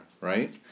right